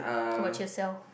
how about yourself